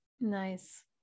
nice